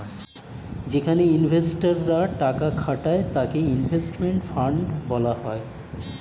যেখানে ইনভেস্টর রা টাকা খাটায় তাকে ইনভেস্টমেন্ট ফান্ড বলা হয়